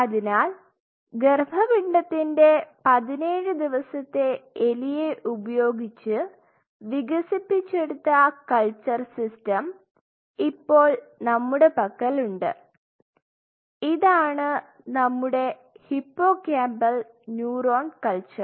അതിനാൽ ഗര്ഭപിണ്ഡത്തിന്റെ 17 ദിവസത്തെ എലിയെ ഉപയോഗിച്ച് വികസിപ്പിച്ചെടുത്ത കൾച്ചർ സിസ്റ്റം ഇപ്പോൾ നമ്മുടെ പക്കൽ ഉണ്ട് ഇതാണ് നമ്മുടെ ഹിപ്പോകാമ്പൽ ന്യൂറോൺ കൾച്ചർ